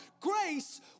grace